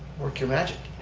work your magic.